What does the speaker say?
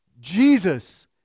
Jesus